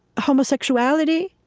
homosexuality